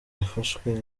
yafashwe